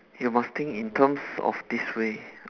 you must think in terms of this way